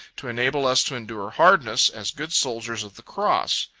to enable us to endure hardness, as good soldiers of the cross.